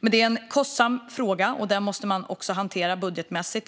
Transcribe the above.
Men det är en kostsam fråga, och man måste budgetmässigt